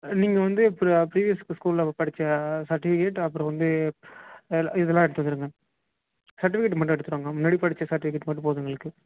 நீங்கள் வந்து ப்ர ப்ரிவியஸ்க்கு ஸ்கூலில் படிச்ச சர்ட்டிஃபிகேட் அப்புறோம் வந்து எல் இதல்லாம் எடுத்து வந்துருங்க சர்ட்டிஃபிகேட் மட்டும் எடுத்துகிட்டு வாங்க முன்னாடி படிச்ச சர்ட்டிஃபிகேட் மட்டும் போதும் எங்களுக்கு